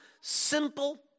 simple